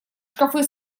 шкафы